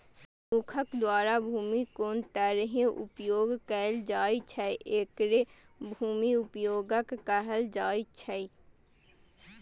मनुक्ख द्वारा भूमिक कोन तरहें उपयोग कैल जाइ छै, एकरे भूमि उपयोगक कहल जाइ छै